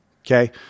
Okay